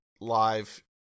live